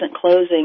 closing